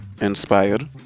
inspired